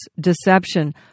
deception